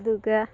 ꯑꯗꯨꯒ